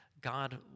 God